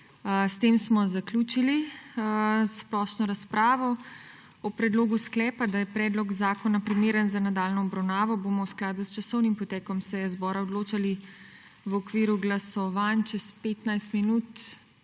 S tem smo zaključili splošno razpravo. O predlogu sklepa, da je predlog zakona primeren za nadaljnjo obravnavo, bomo v skladu s časovnim potekom seje zbora odločali v okviru glasovanj čez petnajst